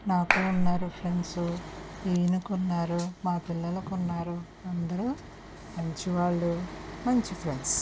నాకు ఉన్నారు ఫ్రెండ్స్ ఈయనకి ఉన్నారు మా పిల్లలకి ఉన్నారు అందరూ మంచివాళ్ళు మంచి ఫ్రెండ్స్